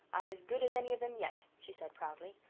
i am as good as any of them yet, she said proudly.